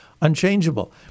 unchangeable